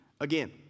again